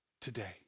today